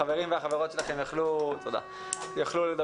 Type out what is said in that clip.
החברים והחברות שלכם יוכלו יותר לדבר.